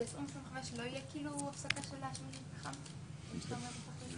ב-2025 לא תהיה הפסקה של- -- זו השאיפה,